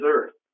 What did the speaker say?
Earth